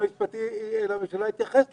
היועץ המשפטי לממשלה התייחס לזה.